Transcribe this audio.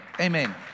Amen